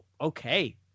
okay